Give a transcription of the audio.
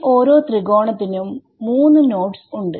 ഈ ഓരോ തൃക്കോണത്തിനും മൂന്ന് നോഡ്സ്ഉണ്ട്